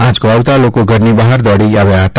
આંચકો આવતા લોકો ઘરની બહાર દોડી ગયા હતા